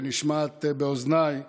שנשמעת באוזניי